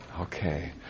Okay